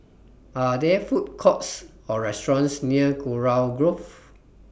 Are There Food Courts Or restaurants near Kurau Grove